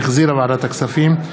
שהחזירה ועדת הכספים,